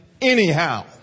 anyhow